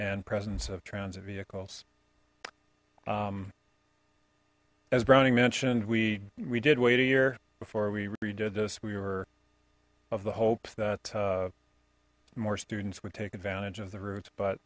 and presence of transit vehicles as browning mentioned we we did wait a year before we redid this we were of the hope that more students would take advantage of the routes but